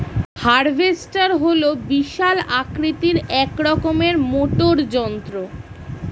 harvester হল বিশাল আকৃতির এক রকমের মোটর যন্ত্র